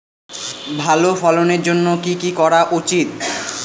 ভালো ফলনের জন্য কি কি করা উচিৎ?